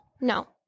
No